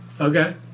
Okay